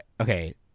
Okay